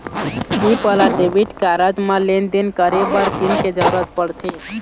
chip वाला debit card म लेन देन करे बर पिन के जरूरत परथे